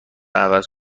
عوض